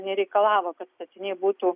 nereikalavo kad statiniai būtų